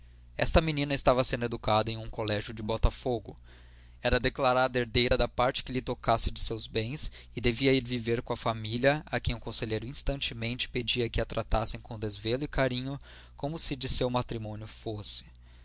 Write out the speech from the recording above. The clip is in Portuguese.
esta menina estava sendo educada em um colégio de botafogo era declarada herdeira da parte que lhe tocasse de seus bens e devia ir viver com a família a quem o conselheiro instantemente pedia que a tratasse com desvelo e carinho como se de seu matrimônio fosse